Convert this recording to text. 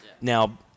Now